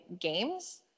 games